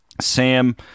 Sam